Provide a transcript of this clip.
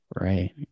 Right